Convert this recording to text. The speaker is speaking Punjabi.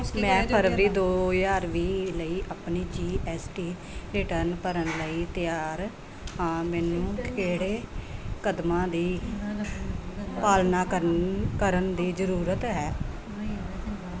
ਮੈਂ ਫਰਵਰੀ ਦੋ ਹਜ਼ਾਰ ਵੀਹ ਲਈ ਆਪਣੀ ਜੀਐੱਸਟੀ ਰਿਟਰਨ ਭਰਨ ਲਈ ਤਿਆਰ ਹਾਂ ਮੈਨੂੰ ਕਿਹੜੇ ਕਦਮਾਂ ਦੀ ਪਾਲਣਾ ਕਰਨੀ ਕਰਨ ਦੀ ਜ਼ਰੂਰਤ ਹੈ